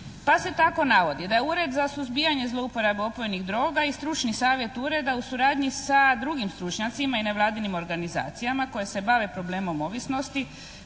Pa se tako navodi da je Ured za suzbijanje zlouporabe opojnih droga i stručni savjet Ureda u suradnji sa drugim stručnjacima i nevladinim organizacijama koje se bave problemom ovisnosti,